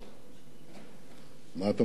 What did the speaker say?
מה אתה מציע, אדוני?